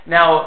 Now